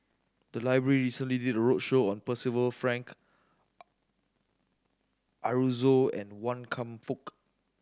the library recently did a roadshow on Percival Frank Aroozoo and Wan Kam Fook